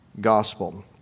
gospel